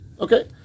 Okay